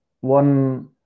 one